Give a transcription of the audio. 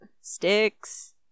sticks